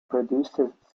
produces